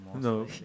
No